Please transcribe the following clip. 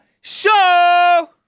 show